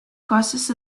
causes